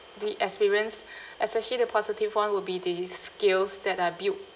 the experience especially the positive one will be the skills that I built